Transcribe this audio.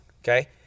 okay